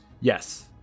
Yes